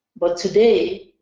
but today,